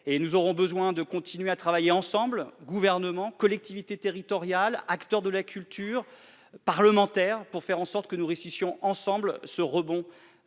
nous aurons besoin de continuer à travailler ensemble, Gouvernement, collectivités territoriales, acteurs de la culture, parlementaires ... Nous devons réussir ensemble ce rebond